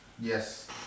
Yes